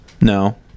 no